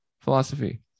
philosophy